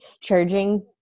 charging